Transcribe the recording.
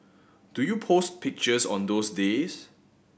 do you post pictures on those days